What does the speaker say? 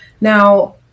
Now